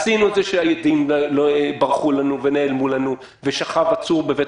עשינו את זה כשהעדים ברחו לנו ונעלמו לנו ושכב עצור בבית